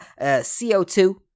CO2